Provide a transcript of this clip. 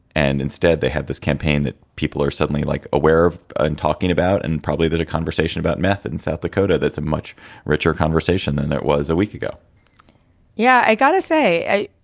and instead they had this campaign that people are suddenly like aware of and talking about. and probably that a conversation about meth in south dakota. that's a much richer conversation than it was a week ago yeah. i gotta say,